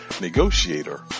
Negotiator